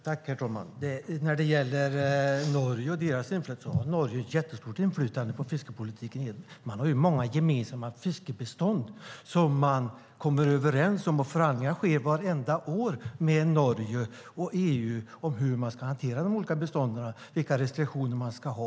Herr talman! När det gäller Norge så har de ett jättestort inflytande på fiskeripolitiken. Man har många gemensamma fiskbestånd som man kommer överens om, och förhandlingar sker vartenda år med Norge och EU om hur man ska hantera de olika bestånden och vilka restriktioner man ska ha.